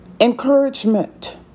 Encouragement